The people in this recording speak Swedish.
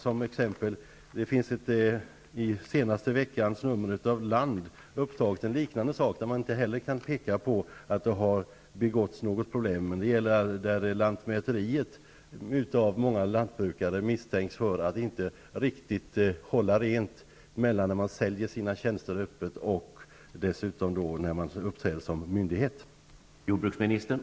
Som exempel kan jag nämna att det i senaste numret av tidningen Land finns upptaget en liknande sak, där man inte heller kan peka på att det har begåtts något fel. Det gäller lantmäteriet, som av många lantbrukare misstänks för att inte riktigt ''hålla rent'' mellan försäljning av tjänster och myndighetsutövning.